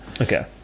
okay